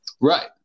Right